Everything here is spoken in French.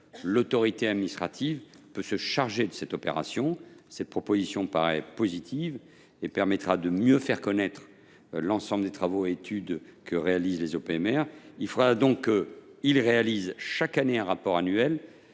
l’autorité administrative peut se charger de l’opération. Cette proposition me paraît positive. Elle permettra de mieux faire connaître l’ensemble des travaux et études que réalisent les OPMR. Ces observatoires devront donc réaliser chaque année un rapport annuel,